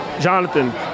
Jonathan